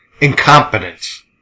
Incompetence